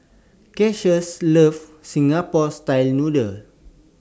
Cassius loves Singapore Style Noodles